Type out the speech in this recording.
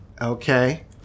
Okay